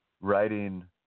writing